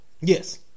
Yes